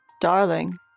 Darling